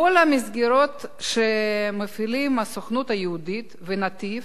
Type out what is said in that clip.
כל המסגרות שמפעילים הסוכנות היהודית ו"נתיב"